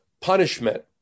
punishment